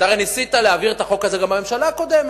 אתה הרי ניסית להעביר את החוק הזה גם בממשלה הקודמת,